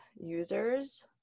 users